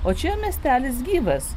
o čia miestelis gyvas